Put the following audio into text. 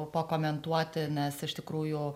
pakomentuoti nes iš tikrųjų